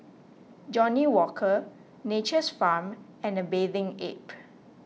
Johnnie Walker Nature's Farm and A Bathing Ape